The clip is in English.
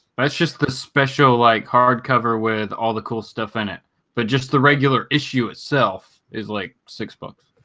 that's just the special like hardcover with all the cool stuff in it but just the regular issue itself is like six books